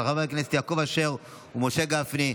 של חברי הכנסת יעקב אשר ומשה גפני.